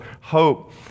hope